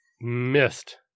Missed